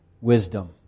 wisdom